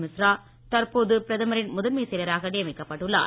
மிஸ்ரா தற்போது பிரதமரின் முதன்மைச் செயலராக நியமிக்கப்பட்டுள்ளார்